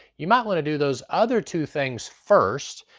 you might want to do those other two things first,